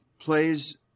plays